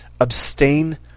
Abstain